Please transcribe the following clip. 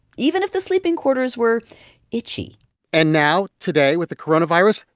even if the sleeping quarters were itchy and now today, with the coronavirus,